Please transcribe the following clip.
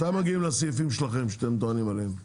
מתי מגיעים לסעיפים שלכם, שאתם מתלוננים עליהם?